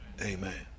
Amen